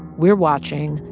we're watching.